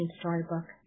storybook